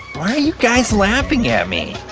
why are you guys laughing at me?